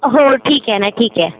हो ठीक आहे ना ठीक आहे